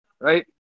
Right